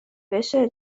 بشه